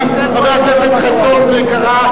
כי חבר הכנסת חסון קרא,